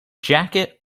jacket